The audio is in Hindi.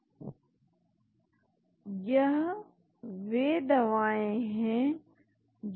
न्यूट्रल लाइगैंडस के लिए हो सकता है कुछ अलग फार्मकोफोर हों लेकिन अम्लीय लाइगैंड के लिए इन दूरी पर एरोमेटिक विशेषताएं होंगी